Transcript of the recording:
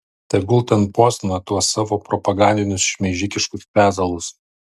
tegul ten postina tuos savo propagandinius šmeižikiškus pezalus